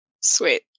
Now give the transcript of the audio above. Sweet